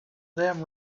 them